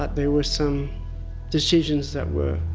but there were some decisions that were